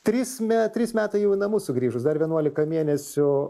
trys me trys metai jau į namus sugrįžus dar vienuolika mėnesių